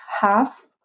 half